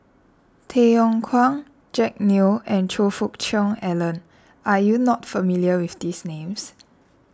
Tay Yong Kwang Jack Neo and Choe Fook Cheong Alan are you not familiar with these names